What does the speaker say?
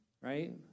right